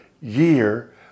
year